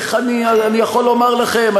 איך אני יכול לומר לכם?